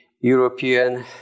European